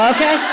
Okay